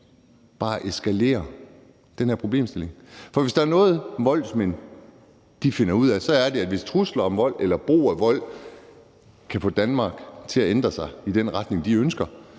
bare eskalerer den her problemstilling. For hvis der er noget, voldsmænd finder ud af, så er det, at hvis trusler om vold eller brug af vold kan få Danmark til at ændre sig i den retning, de ønsker,